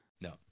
No